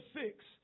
six